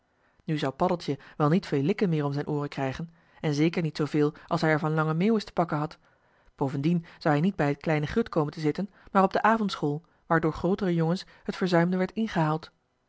nu zou paddeltje wel niet veel likken meer om zijn ooren krijgen en zeker niet zooveel als hij er van lange meeuwis te pakken had bovendien zou hij niet bij het kleine grut komen te zitten maar op de avondschool waar door grootere jongens het verzuimde werd ingehaald